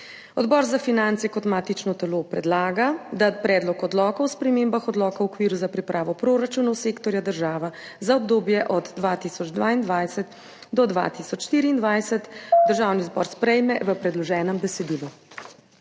Odbor za finance kot matično telo predlaga, da Predlog odloka o spremembah Odloka o okviru za pripravo proračunov sektorja država za obdobje od 2022 do 2024 Državni zbor sprejme v predloženem besedilu.